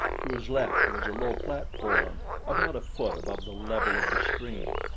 to his left was a low platform about a foot above the level of the stream,